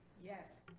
yes.